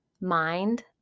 mind